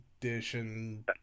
edition